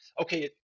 okay